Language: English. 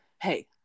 hey